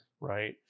right